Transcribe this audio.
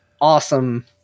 awesome